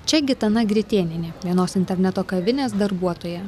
čia gitana gritėnienė vienos interneto kavinės darbuotoja